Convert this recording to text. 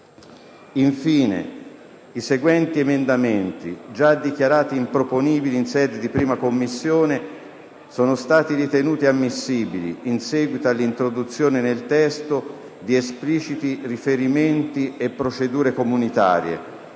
Infine, i seguenti emendamenti, già dichiarati improponibili in sede di 1a Commissione, sono stati ritenuti ammissibili in seguito all'introduzione nel testo dì espliciti riferimenti a procedure comunitarie: